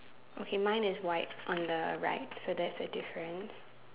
okay mine is white on the right so that's a difference